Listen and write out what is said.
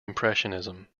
impressionism